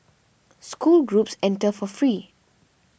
school groups enter for free